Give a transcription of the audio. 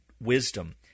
wisdom